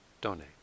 donate